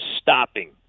stopping